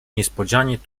niespodzianie